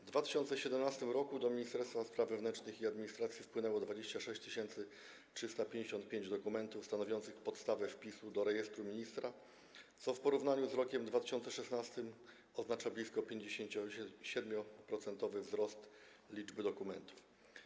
W 2017 r. do Ministerstwa Spraw Wewnętrznych i Administracji wpłynęło 26 355 dokumentów stanowiących podstawę wpisu do rejestru ministra, co w porównaniu z rokiem 2016 oznacza blisko 57-procentowy wzrost liczby dokumentów.